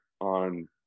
on